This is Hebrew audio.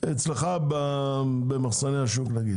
אצלך במחסני השוק?